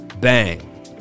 Bang